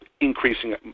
increasing